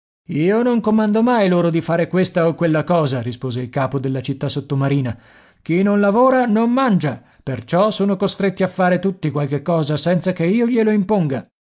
io non comando mai loro di fare questa o quella cosa rispose il capo della città sottomarina chi non lavora non mangia perciò sono costretti a fare tutti qualche cosa senza che io glielo imponga